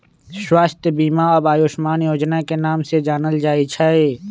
स्वास्थ्य बीमा अब आयुष्मान योजना के नाम से जानल जाई छई